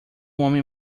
homem